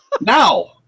Now